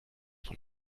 von